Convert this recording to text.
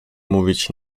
mówić